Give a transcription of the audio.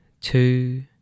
two